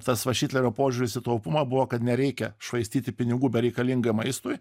tas va šitlerio požiūris į taupymą buvo kad nereikia švaistyti pinigų bereikalingam maistui